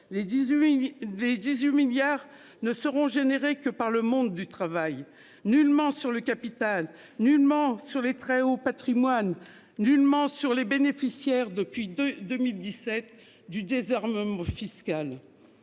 des 18 milliards ne seront générés que par le monde du travail nullement sur le capital nullement sur les très hauts patrimoines nullement sur les bénéficiaires depuis de 2017 du désarmement fiscal.